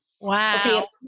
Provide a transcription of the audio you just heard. Wow